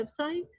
website